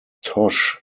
tosh